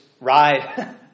ride